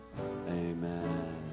Amen